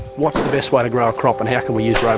what's the best way to grow a crop and how can we use